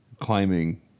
climbing